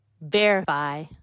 verify